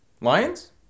Lions